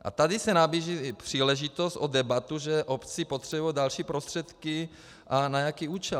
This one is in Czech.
A tady se nabízí i příležitost k debatě, že obce potřebují další prostředky a na jaký účel.